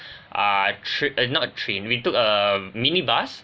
uh tr~ uh not a train we took a minibus